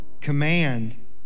command